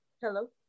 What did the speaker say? Hello